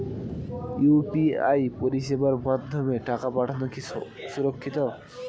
UPI পরিষেবার মাধ্যমে টাকা পাঠানো কি সুরক্ষিত?